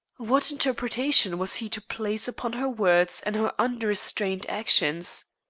what interpretation was he to place upon her words and her unrestrained actions?